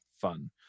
fun